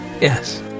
yes